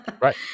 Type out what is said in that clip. Right